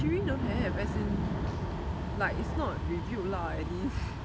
she really don't have as in like it's not revealed lah at least